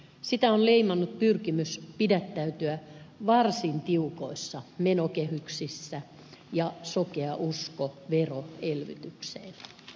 sitä on leimannut pyrkimys pidättäytyä varsin tiukoissa menokehyksissä ja sokea usko veroelvytykseen